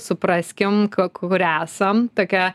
supraskim ką kur esam tokia